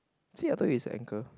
see I told you is an anchor